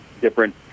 different